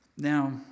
Now